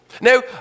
Now